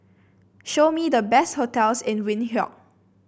show me the best hotels in Windhoek